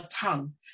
tongue